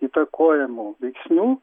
įtakojamų veiksnių